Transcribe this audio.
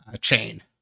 chain